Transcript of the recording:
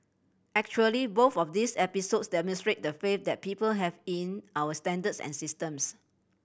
actually both of these episodes demonstrate the faith that people have in our standards and systems